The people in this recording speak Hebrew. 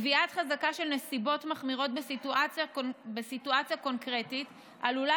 קביעת חזקה של נסיבות מחמירות בסיטואציה קונקרטית עלולה